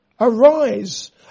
Arise